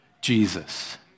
Jesus